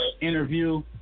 interview